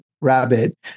Rabbit